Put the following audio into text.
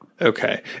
Okay